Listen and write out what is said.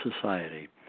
society